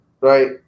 right